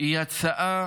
היא הצעה